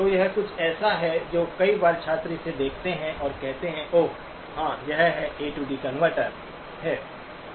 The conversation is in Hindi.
तो यह कुछ ऐसा है जो कई बार छात्र इसे देखते हैं और कहते हैं कि ओह हां यह ए डी कनवर्टरAD converter है